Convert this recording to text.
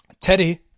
Teddy